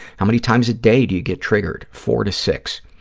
how many times a day do you get triggered? four to six.